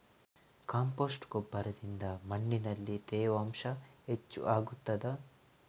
Compost ಗೊಬ್ಬರದಿಂದ ಮಣ್ಣಿನಲ್ಲಿ ತೇವಾಂಶ ಹೆಚ್ಚು ಆಗುತ್ತದಾ?